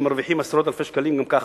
שמרוויחים עשרות אלפי שקלים גם ככה,